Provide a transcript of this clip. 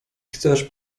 chcesz